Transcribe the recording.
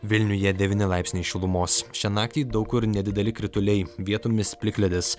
vilniuje devyni laipsniai šilumos šią naktį daug kur nedideli krituliai vietomis plikledis